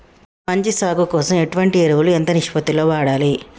మంచి సాగు కోసం ఎటువంటి ఎరువులు ఎంత నిష్పత్తి లో వాడాలి?